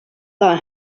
they